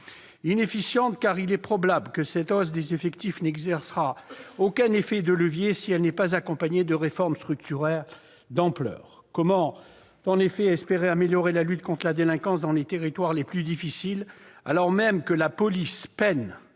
Inefficiente, car il est probable que cette hausse des effectifs n'exercera aucun effet de levier si elle n'est pas accompagnée de réformes structurelles d'ampleur. Comment, en effet, espérer améliorer la lutte contre la délinquance dans les territoires les plus difficiles alors même que la police peine à